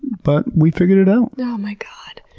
but we figured it out. oh my god!